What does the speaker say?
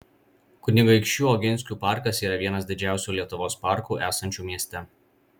kunigaikščių oginskių parkas yra vienas didžiausių lietuvos parkų esančių mieste